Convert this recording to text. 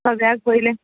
सगळ्याक पयलें